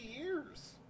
years